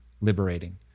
liberating